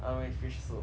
I don't eat fish soup